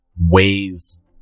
ways